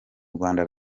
rwanda